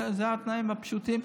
אלה התנאים הפשוטים.